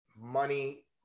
money